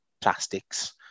plastics